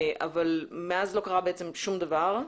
אבל מאז לא קרה בעצם דבר.